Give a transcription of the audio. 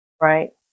right